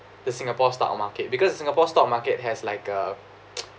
the singapore stock market because singapore stock market has like a